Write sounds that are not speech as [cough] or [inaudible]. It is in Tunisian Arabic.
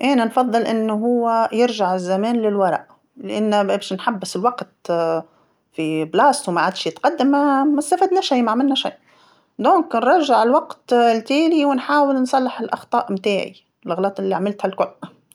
أنا نفضل أنو هو يرجع الزمان للوراء، لأن باش نحبس الوقت [hesitation] في بلاصتو ما عادش يتقدم ما- ما استافدنا شي ما عملنا شي، إذن نرجع الوقت [hesitation] للتالي ونحاول نصلح الأخطاء متاعي، الغلاط اللي عملتها الكل،